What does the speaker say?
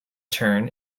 turn